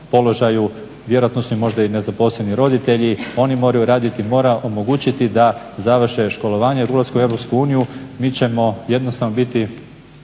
položaju, vjerojatno su možda i nezaposleni roditelji, oni moraju raditi, mora omogućiti da završe školovanje. Ulaskom u EU mi ćemo jednostavno biti